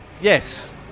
Yes